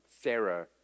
Sarah